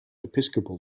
episcopal